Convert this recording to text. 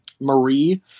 Marie